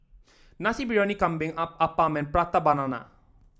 Nasi Briyani Kambing Appam and Prata Banana